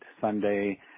Sunday